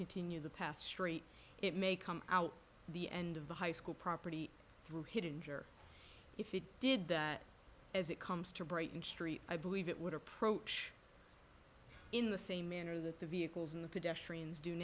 continue the past st it may come out the end of the high school property through hit injure if it did that as it comes to brighton street i believe it would approach in the same manner that the vehicles in the